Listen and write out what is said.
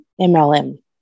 MLM